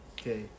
Okay